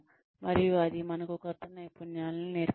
మరియు అది మనకు కొత్త నైపుణ్యాలను నేర్పుతుంది